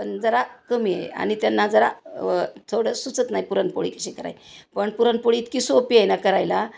पण जरा कमी आहे आणि त्यांना जरा थोडं सुचत नाही पुरणपोळी कशी कराय पण पुरणपोळी इतकी सोपी आहे ना करायला